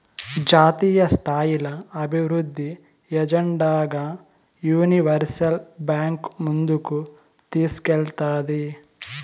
జాతీయస్థాయిల అభివృద్ధి ఎజెండాగా యూనివర్సల్ బాంక్ ముందుకు తీస్కేల్తాది